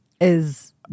is-